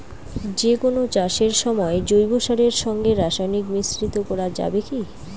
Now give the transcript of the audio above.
যে কোন চাষের সময় জৈব সারের সঙ্গে রাসায়নিক মিশ্রিত করা যাবে কি?